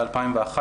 ב-2011,